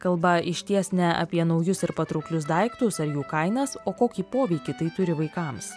kalba išties ne apie naujus ir patrauklius daiktus ar jų kainas o kokį poveikį tai turi vaikams